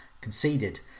conceded